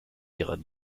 ihrer